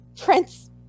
Prince